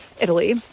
Italy